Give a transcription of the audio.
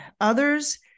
others